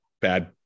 bad